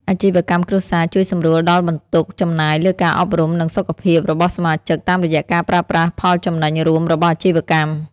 អាជីវកម្មគ្រួសារជួយសម្រួលដល់បន្ទុកចំណាយលើការអប់រំ និងសុខភាពរបស់សមាជិក តាមរយៈការប្រើប្រាស់ផលចំណេញរួមរបស់អាជីវកម្ម។